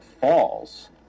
falls